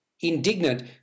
Indignant